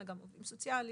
אלא גם עובדים סוציאליים.